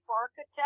architect